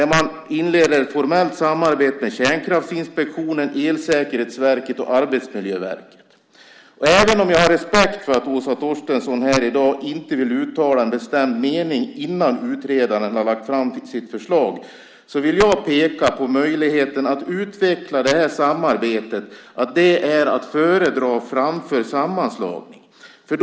Man inleder ett formellt samarbete med Kärnkraftsinspektionen, Elsäkerhetsverket och Arbetsmiljöverket. Även om jag har respekt för att Åsa Torstensson här i dag inte vill uttala en bestämd mening innan utredaren har lagt fram sitt förslag vill jag peka på att möjligheten att utveckla det här samarbetet är att föredra framför en sammanslagning.